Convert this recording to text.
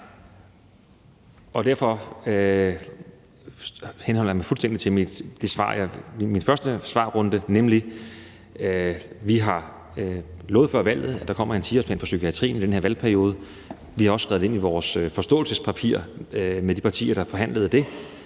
Jeg henholder mig fuldstændig til mit svar fra den første svarrunde, nemlig: Vi har lovet før valget, at der kommer en 10-årsplan for psykiatrien i den her valgperiode. Vi har også skrevet det ind i vores forståelsespapir med de partier, der forhandlede det,